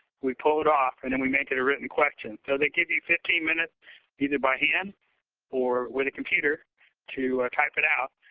we pull it off and then we make it a written question. so, they give you fifteen minutes either by hand or with a computer to type it out.